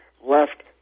left